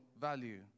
value